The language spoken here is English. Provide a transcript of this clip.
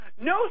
No